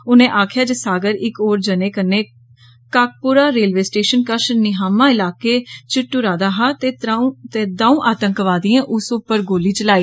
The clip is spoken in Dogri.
उनें आक्खेआ जे सागर इक होर जने कन्नै कुपवाड़ा रेलवे स्टेशन कश निहामा इलाके च टुरा दा हा ते दौ'ऊ आतंकवादियें उस उप्पर गोली चलाई